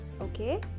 okay